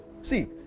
See